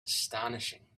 astonishing